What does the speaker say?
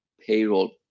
payroll